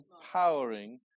empowering